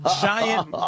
giant